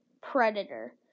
Predator